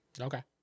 Okay